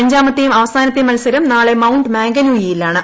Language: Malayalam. അഞ്ചാമത്തെയും അവസാനത്തെയും മത്സരം നാളെ മൌണ്ട് മാങ്കനൂയിയിൽ ആണ്